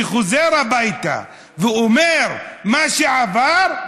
שחוזר הביתה ואומר את מה שעבר,